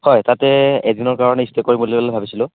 হয় তাতে এদিনৰ কাৰণে ষ্টে কৰিবলৈ বুলি ভাবিছিলোঁ